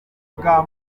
bwa